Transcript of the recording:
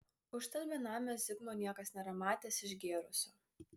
užtat benamio zigmo niekas nėra matęs išgėrusio